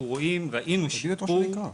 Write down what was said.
וראינו שיש שיפור --- תגיד ראש הנקרה.